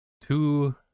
two